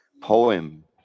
poem